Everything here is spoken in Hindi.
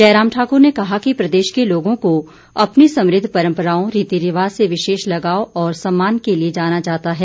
जयराम ठाकुर ने कहा कि प्रदेश के लोगों को अपनी समृद्ध परम्पराओं रीति रिवाज़ से विशेष लगाव और सम्मान के लिए जाना जाता है